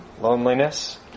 Loneliness